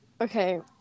Okay